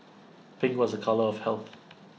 pink was A colour of health